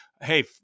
Hey